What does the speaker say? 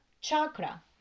chakra